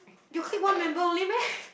you click one member only meh